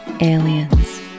aliens